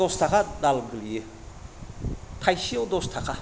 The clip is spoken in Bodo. दस थाखा दाल गोलैयो थाइसेआव दस थाखा